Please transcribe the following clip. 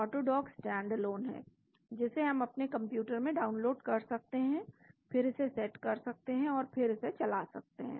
AutoDock standalone है जिसे हम अपने कंप्यूटर में डाउनलोड कर सकते हैं फिर इसे सेट कर सकते हैं और फिर इसे चला सकते हैं